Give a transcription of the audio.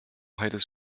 heides